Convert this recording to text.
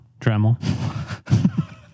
Dremel